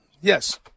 Yes